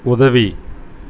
உதவி